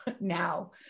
now